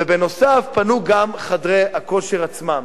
ובנוסף, פנו גם חדרי הכושר עצמם.